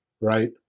right